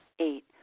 Eight